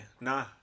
Nah